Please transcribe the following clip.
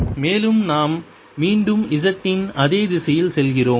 மேலும் நாம் மீண்டும் z இன் அதே திசையில் செல்கிறோம்